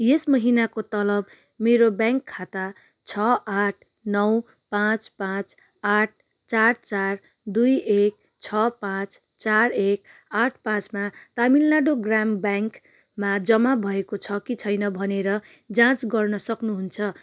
यस महिनाको तलब मेरो ब्याङ्क खाता छ आठ नौ पाँच पाँच आठ चार चार दुई एक छ पाँच चार एक आठ पाँचमा तमिलनाडू ग्राम ब्याङ्कमा जम्मा भएको छ कि छैन भनेर जाँच गर्न सक्नु हुन्छ